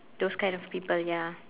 those kind of people ya